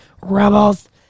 Rebels